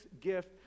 gift